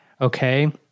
Okay